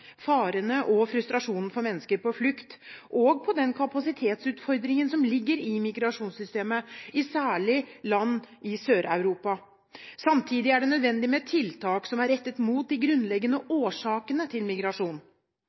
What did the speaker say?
farene for og frustrasjonen hos mennesker på flukt, og den kapasitetsutfordringen som ligger i migrasjonssystemet, særlig i land i Sør-Europa. Samtidig er det nødvendig med tiltak som er rettet mot de grunnleggende årsakene til migrasjon.